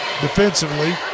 defensively